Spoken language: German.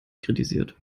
kritisiert